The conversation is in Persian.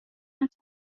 بست